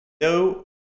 No